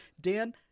dan